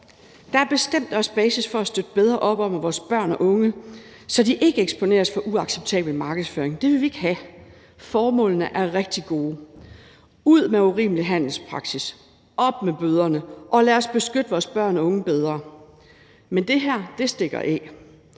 Der er bestemt også basis for at støtte bedre op om vores børn og unge, så de ikke eksponeres for uacceptabel markedsføring – det vil vi ikke have. Formålene er rigtig gode: ud med urimelig handelspraksis, op med bøderne, og lad os beskytte vores børn og unge bedre. Men det her stikker af.